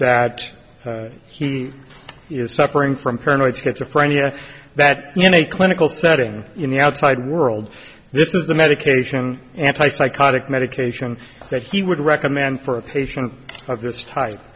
that he is suffering from paranoid schizophrenia that you know a clinical setting in the outside world this is the medication anti psychotic medication that he would recommend for a patient of this type